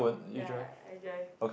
ya ya hey guys